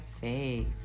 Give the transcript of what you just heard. faith